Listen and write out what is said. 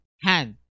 hand